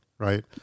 right